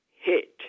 hit